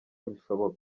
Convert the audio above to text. bishoboka